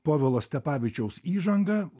povilo stepavičiaus įžangą